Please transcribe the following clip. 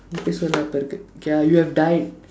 எப்ப சொல்லு அப்ப இருக்கு:eppa sollu appa irukku okay ah you have died